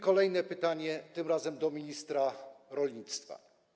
Kolejne pytanie, tym razem do ministra rolnictwa.